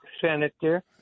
senator